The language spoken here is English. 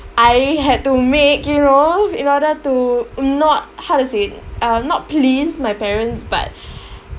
I had to make you know in order to not how to say uh not please my parents but